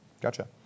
Gotcha